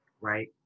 right